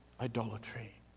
idolatry